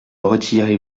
retirez